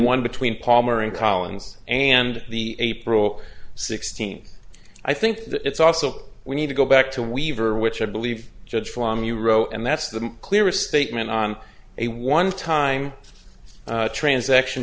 one between palmer and collins and the april sixteenth i think that it's also we need to go back to weaver which i believe judge flom you wrote and that's the clearest statement on a one time transaction